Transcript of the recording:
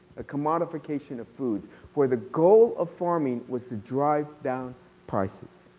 a modification of food where the goal of farming was to drive down prices.